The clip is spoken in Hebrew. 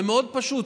זה מאוד פשוט.